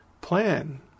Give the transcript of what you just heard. plan